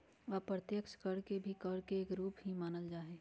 अप्रत्यक्ष कर के भी कर के एक रूप ही मानल जाहई